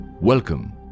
Welcome